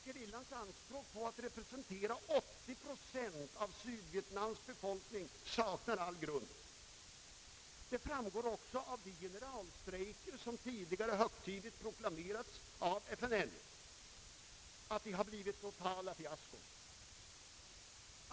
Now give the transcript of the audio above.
Gerillans anspråk på att representera 80 procent av Sydvietnams befolkning saknar all grund. Detta framgår också av att de generalstrejker, som tidigare proklamerats av FNL blivit totala fiaskon.